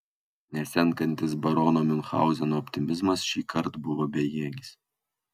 nesenkantis barono miunchauzeno optimizmas šįkart buvo bejėgis